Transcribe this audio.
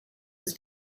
was